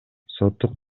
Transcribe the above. соттук